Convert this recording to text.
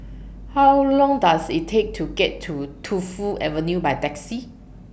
How Long Does IT Take to get to Tu Fu Avenue By Taxi